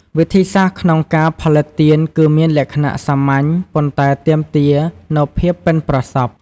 វិធីសាស្រ្តក្នុងការផលិតទៀនគឺមានលក្ខណៈសាមញ្ញ ប៉ុន្តែទាមទារនូវភាពប៉ិនប្រសប់។